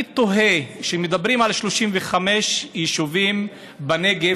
אני תוהה: כשמדברים על 35 יישובים בנגב,